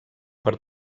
per